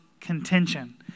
contention